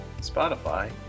Spotify